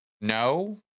no